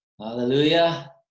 hallelujah